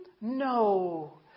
No